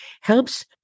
helps